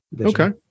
Okay